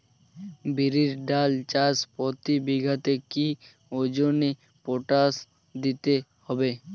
বিরির ডাল চাষ প্রতি বিঘাতে কি ওজনে পটাশ দিতে হবে?